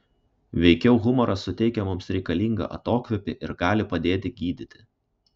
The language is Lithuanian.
veikiau humoras suteikia mums reikalingą atokvėpį ir gali padėti gydyti